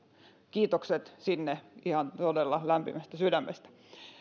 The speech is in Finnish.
kiitokset sinne ihan todella lämpimästä sydämestä